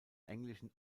englischen